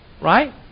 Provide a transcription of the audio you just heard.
Right